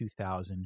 2000